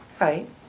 Right